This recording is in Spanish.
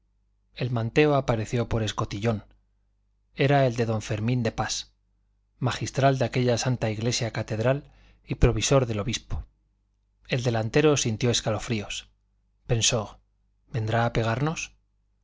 el manteo apareció por escotillón era el de don fermín de pas magistral de aquella santa iglesia catedral y provisor del obispo el delantero sintió escalofríos pensó vendrá a pegarnos